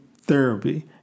therapy